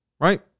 right